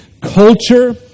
culture